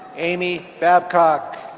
amy babcock.